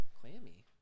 Clammy